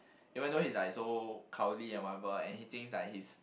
even though he is like so cowardly and whatever and he thinks like he's